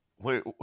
Wait